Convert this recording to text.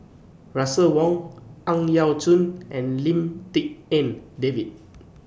Russel Wong Ang Yau Choon and Lim Tik En David